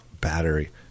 Battery